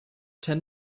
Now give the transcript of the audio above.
ten